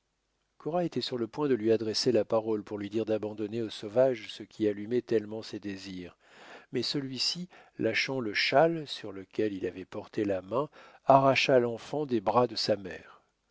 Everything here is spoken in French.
cora était sur le point de lui adresser la parole pour lui dire d'abandonner au sauvage ce qui allumait tellement ses désirs mais celui-ci lâchant le châle sur lequel il avait porté la main arracha l'enfant des bras de sa mère